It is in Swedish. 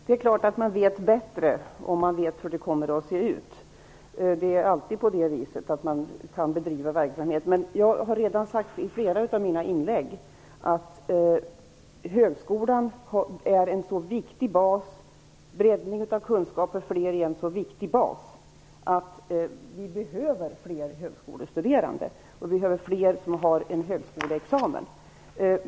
Herr talman! Det är klart att man vet bättre hur man skall bedriva en verksamhet om man vet hur det kommer att se ut. Men jag har redan sagt i flera av mina inlägg att högskolan och breddning av kunskaper för fler är en så viktig bas, att vi behöver fler högskolestuderande, och vi behöver fler som har en högskoleexamen.